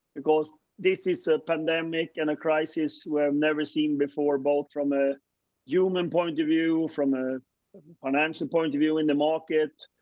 because. this is a pandemic and a crisis we've never seen before, both from a human point of view, from a financial point of view in the market,